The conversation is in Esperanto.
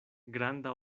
granda